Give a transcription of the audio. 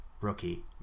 rookie